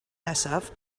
nesaf